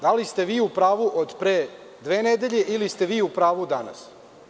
Da li ste vi u pravu od dve nedelje ili ste vi u pravu od danas.